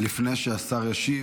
לפני שהשר ישיב,